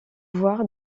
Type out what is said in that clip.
voir